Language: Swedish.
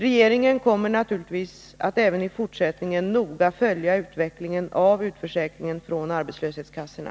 Regeringen kommer naturligtvis att även i fortsättningen noga följa utvecklingen av utförsäkringen från arbetslöshetskassorna.